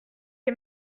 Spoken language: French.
est